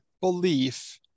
belief